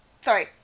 sorry